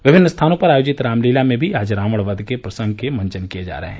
विभिन्न स्थानों पर आयोजित रामलीला में भी आज रावण वध के प्रसंग के मंचन किए जा रहे हैं